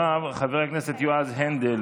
הכנסת פינדרוס.